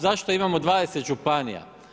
Zašto imamo 20 županija?